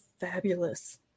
fabulous